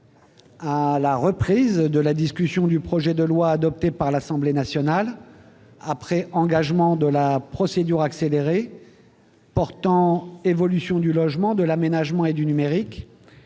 Nous reprenons la discussion du projet de loi, adopté par l'Assemblée nationale après engagement de la procédure accélérée, portant évolution du logement, de l'aménagement et du numérique.